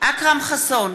אכרם חסון,